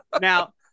Now